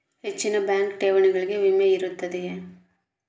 ಹೆಚ್ಚಿನ ಬ್ಯಾಂಕ್ ಠೇವಣಿಗಳಿಗೆ ವಿಮೆ ಇರುತ್ತದೆಯೆ?